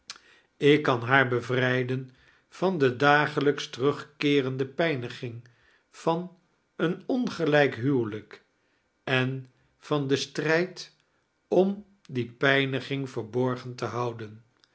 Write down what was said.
ik kan haar bevrijden van de dagelijks terugkeerende pijniging van eein ongelijk huwelijk en van den strijd om die pijniging verborgen te houden